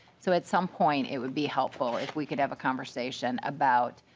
so at some point it would be helpful if we could have a conversation about